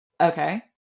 okay